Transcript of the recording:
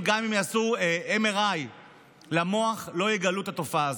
גם אם יעשו MRI למוח, לא יגלו את התופעה הזאת.